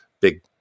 big